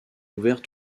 ouverts